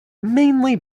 mainly